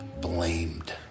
blamed